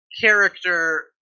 character